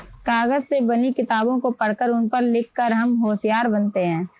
कागज से बनी किताबों को पढ़कर उन पर लिख कर हम होशियार बनते हैं